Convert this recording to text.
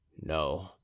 no